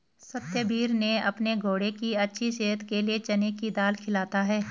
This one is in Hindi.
सत्यवीर ने अपने घोड़े की अच्छी सेहत के लिए चने की दाल खिलाता है